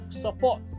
support